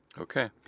Okay